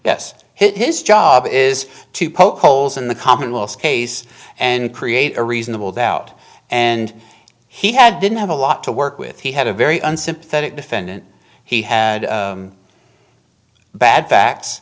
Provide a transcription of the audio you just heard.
yes his job is to poke holes in the commonwealth case and create a reasonable doubt and he had didn't have a lot to work with he had a very unsympathetic defendant he had bad fac